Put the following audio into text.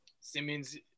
Simmons